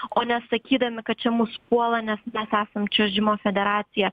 o nesakydami kad čia mus puola nes mes esam čiuožimo federacija